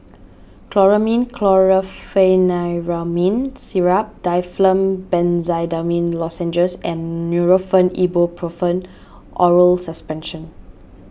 Chlormine Chlorpheniramine Syrup Difflam Benzydamine Lozenges and Nurofen Ibuprofen Oral Suspension